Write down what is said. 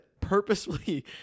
purposely